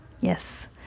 Yes